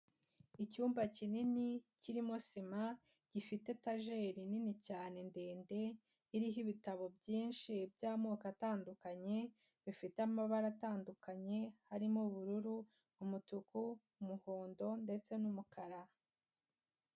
Icyumba kinini kirimo sima gifite tageri nini cyane ndende iriho ibitabo byinshi by'amoko atandukanye bifite amabara atandukanye harimo ubururu, umutuku, umuhondo ndetse n'umukara.